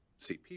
CP